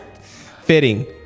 Fitting